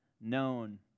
known